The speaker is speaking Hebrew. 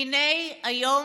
והינה, היום,